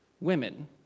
women